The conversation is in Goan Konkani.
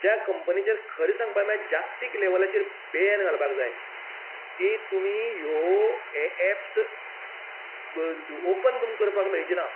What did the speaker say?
त्या कंपनीचेर खरें सांगपा म्हळ्यार जागतीक लेवलाचेर बॅन घालपाक जाय की तुमी ह्यो एप्स ऑपन तुमकां करपाक मेळची ना